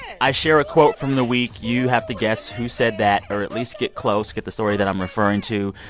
i share a quote from the week. you have to guess who said that or at least get close, get the story that i'm referring to.